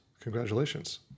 Congratulations